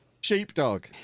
sheepdog